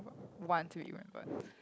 want to be remembered